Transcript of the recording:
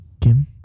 Kim